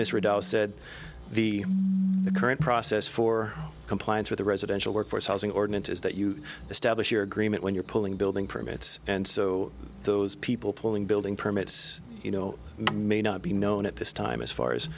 dulles said the current process for compliance with the residential workforce housing ordinance is that you establish your agreement when you're pulling building permits and so those people pulling building permits you know may not be known at this time as far as